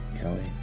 Kelly